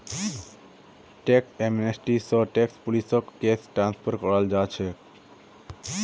tax amnesty स tax पुलिसक case transfer कराल जा छेक